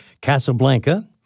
Casablanca